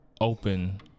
open